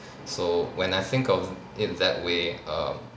so when I think of it that way um